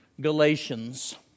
Galatians